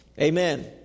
Amen